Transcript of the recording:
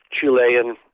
Chilean